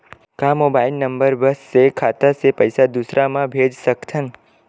का mobile number बस से खाता से पईसा दूसरा मा भेज सकथन?